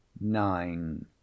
nine